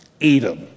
Edom